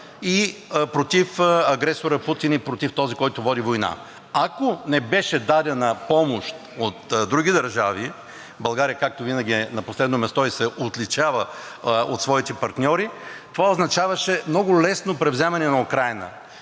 и против агресора Путин, и против този, който води война. Ако не беше дадена помощ от други държави – България, както винаги е на последно место и се отличава от своите партньори, това означаваше много лесно превземане на Украйна.